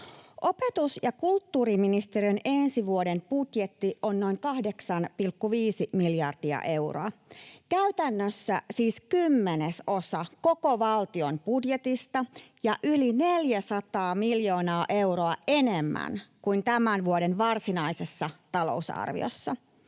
Opetus- ja kulttuuriministeriön ensi vuoden budjetti on noin 8,5 miljardia euroa — käytännössä siis kymmenesosa koko valtion budjetista ja yli 400 miljoonaa euroa enemmän kuin tämän vuoden varsinaisessa talousarviossa.